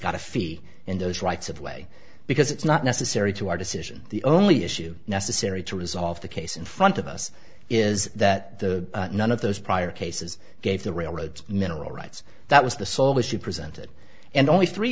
got a fee in those rights of way because it's not necessary to our decision the only issue necessary to resolve the case in front of us is that the none of those prior cases gave the railroads mineral rights that was the sole issue presented and only three